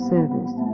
Service